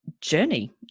journey